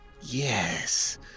Yes